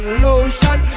lotion